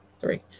three